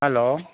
hello